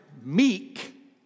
meek